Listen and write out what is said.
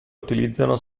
utilizzano